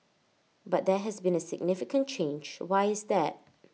but there has been A significant change why is that